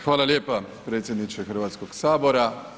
Hvala lijepo predsjedniče Hrvatskog sabora.